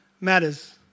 Matters